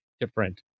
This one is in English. different